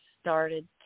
started